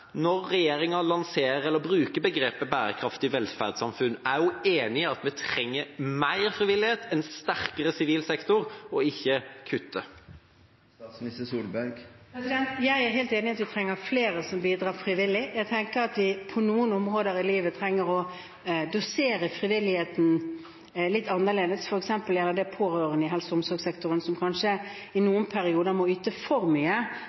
Når regjeringa bruker begrepet «bærekraftig velferdssamfunn», er statsministeren enig i at vi trenger mer frivillighet, en sterkere sivil sektor – og ikke kutt? Jeg er helt enig i at vi trenger flere som bidrar frivillig. Jeg tenker at vi på noen områder i livet trenger å dosere frivilligheten litt annerledes. Det gjelder f.eks. pårørende i helse- og omsorgssektoren, som kanskje i noen perioder må yte for mye